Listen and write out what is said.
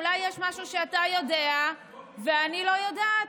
אולי יש משהו שאתה יודע ואני לא יודעת.